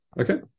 Okay